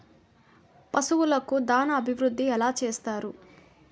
పశువులకు దాన అభివృద్ధి ఎలా చేస్తారు?